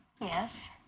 Yes